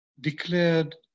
declared